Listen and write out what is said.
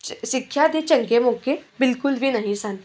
ਸ ਸਿੱਖਿਆ ਦੇ ਚੰਗੇ ਮੌਕੇ ਬਿਲਕੁਲ ਵੀ ਨਹੀਂ ਸਨ